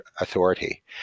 authority